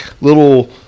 little